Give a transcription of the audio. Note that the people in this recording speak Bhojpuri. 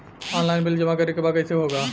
ऑनलाइन बिल जमा करे के बा कईसे होगा?